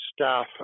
staff